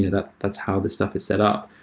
that's that's how this stuff is set up.